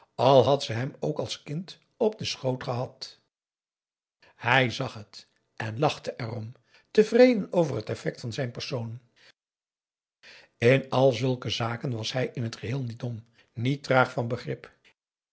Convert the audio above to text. al had ze hem ook als kind op den schoot gehad hij zag het en lachte erom tevreden over het effect van zijn persoon in al zulke zaken was hij in t geheel niet dom niet traag van begrip